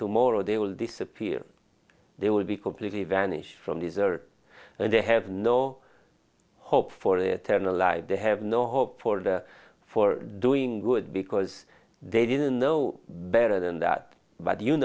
tomorrow they will disappear they will be completely vanished from these are and they have no hope for eternal life they have no hope for the for doing good because they didn't know better than that but you